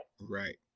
Right